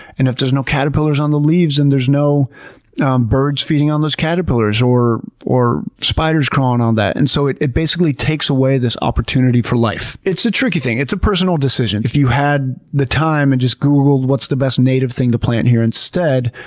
and if there's no caterpillars on the leaves then and there's no um birds feeding on those caterpillars, or or spiders crawling on that. and so it it basically takes away this opportunity for life. it's a tricky thing. it's a personal decision. if you have the time and just google what's the best native thing to plant here instead?